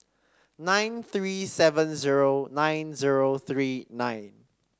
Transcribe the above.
nine three seven zero nine zero three nine